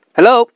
Hello